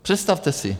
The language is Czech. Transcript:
Představte si.